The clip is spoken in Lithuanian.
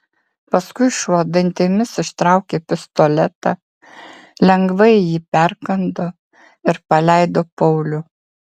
paskui šuo dantimis ištraukė pistoletą lengvai jį perkando ir paleido paulių